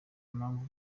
mpamvu